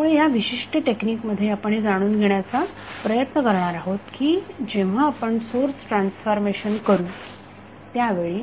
त्यामुळे या विशिष्ट टेक्निकमध्ये आपण हे जाणून घेण्याचा प्रयत्न करणार आहोत की जेव्हा आपण सोर्स ट्रान्सफॉर्मेशन करू त्यावेळी